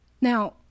Now